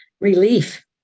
relief